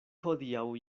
hodiaŭ